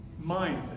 mind